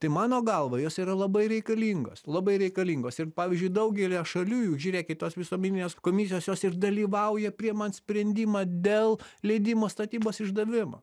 tai mano galva jos yra labai reikalingos labai reikalingos ir pavyzdžiui daugelyje šalių jų žiūrėkit tos visuomeninės komisijos jos ir dalyvauja priimant sprendimą dėl leidimo statybos išdavimo